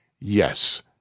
Yes